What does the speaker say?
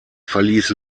verließ